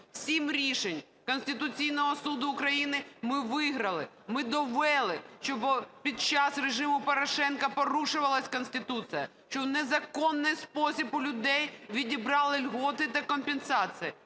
Сім рішень Конституційного Суду України ми виграли, ми довели, що під час режиму Порошенка порушувалась Конституція, що в незаконний спосіб у людей відібрали льготи та компенсації.